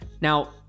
Now